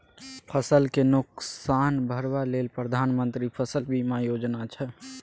फसल केँ नोकसान भरबा लेल प्रधानमंत्री फसल बीमा योजना छै